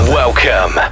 welcome